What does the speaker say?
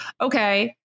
okay